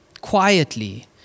quietly